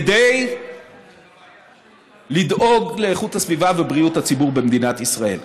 כדי לדאוג לאיכות הסביבה ובריאות הציבור במדינת ישראל.